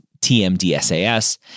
TMDSAS